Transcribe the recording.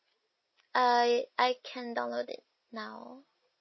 I I can download it now